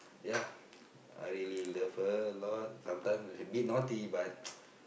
yeah I really love her a lot sometime a bit naughty but